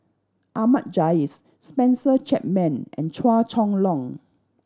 Ahmad Jais Spencer Chapman and Chua Chong Long